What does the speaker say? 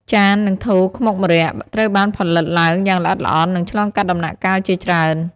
ចាន និងថូខ្មុកម្រ័ក្សណ៍ ត្រូវបានផលិតឡើងយ៉ាងល្អិតល្អន់ និងឆ្លងកាត់ដំណាក់កាលជាច្រើន។